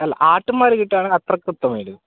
അല്ല അട്ടിൻപാൽ കിട്ടുകയാണെങ്കിൽ അത്രയ്ക്ക് ഉത്തമമായിരുന്നു